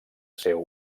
seu